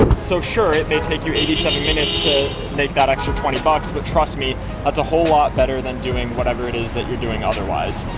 so sure it may take you eighty seven minutes to make that extra twenty bucks, but trust me that's a whole lot better than doing whatever it is that you're doing otherwise.